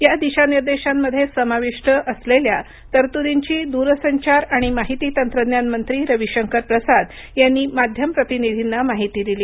या दिशानिर्देशांमध्ये समाविष्ट असलेल्या तरतुदींची दूरसंचार आणि माहिती तंत्रज्ञान मंत्री रविशंकर प्रसाद यांनी माध्यम प्रतिनिधींना माहिती दिली